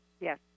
yes